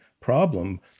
problem